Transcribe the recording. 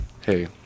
Hey